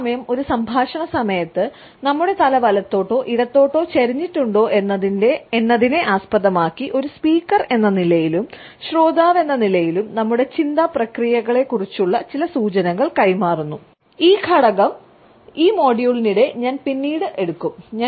അതേ സമയം ഒരു സംഭാഷണ സമയത്ത് നമ്മുടെ തല വലത്തോട്ടോ ഇടത്തോട്ടോ ചരിഞ്ഞിട്ടുണ്ടോ എന്നതിനെ ആസ്പദമാക്കി ഒരു സ്പീക്കർ എന്ന നിലയിലും ശ്രോതാവ് എന്ന നിലയിലും നമ്മുടെ ചിന്താ പ്രക്രിയകളെക്കുറിച്ചുള്ള ചില സൂചനകൾ കൈമാറുന്നു ഈ ഘടകം ഈ മൊഡ്യൂളിനിടെ ഞാൻ പിന്നീട് എടുക്കും